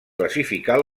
classificar